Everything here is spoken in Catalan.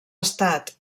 estat